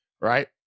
right